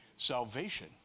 Salvation